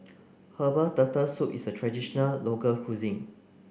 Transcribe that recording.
herbal turtle soup is a traditional local cuisine